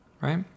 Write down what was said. right